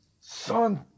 son